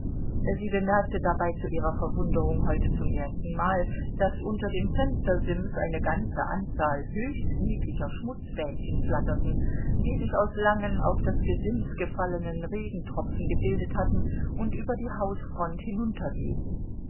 sie bemerkte dabei zu ihrer verwunderung heute zum ersten mal daß unter dem fenstersims eine ganze anzahl höchst niedlicher schmutzfähnchen flatterten die sich aus langen auf das gesims gefallenen regentropfen gebildet hatten und über die hausfront